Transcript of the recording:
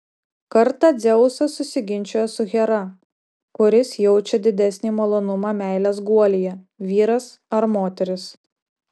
kartą dzeusas susiginčijo su hera kuris jaučia didesnį malonumą meilės guolyje vyras ar moteris